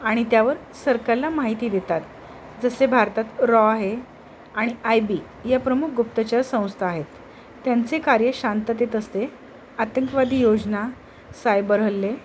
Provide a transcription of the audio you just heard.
आणि त्यावर सरकारला माहिती देतात जसे भारतात रॉ आहे आणि आय बी या प्रमुख गुप्तचर संस्था आहेत त्यांचे कार्य शांततेत असते आतंकवादी योजना सायबर हल्ले